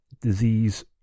disease